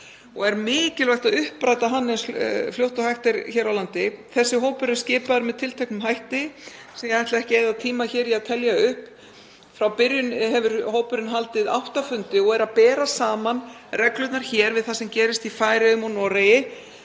Því er mikilvægt að uppræta hann eins fljótt og hægt er hér á landi. Þessi hópur er skipaður með tilteknum hætti sem ég ætla ekki að eyða tíma í að telja upp. Frá byrjun hefur hópurinn haldið átta fundi og er að bera saman reglurnar hér við það sem gerist í Færeyjum og Noregi